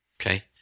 Okay